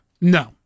No